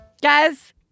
Guys